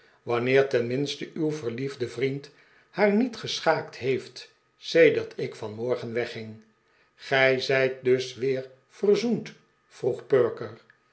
wanneer tenminste uw verliefde vriend haar niet geschaakt heeft sedert ik vanmorgen wegging gij zijt dus weer verzoend vroeg perker